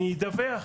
אני אדווח.